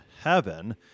heaven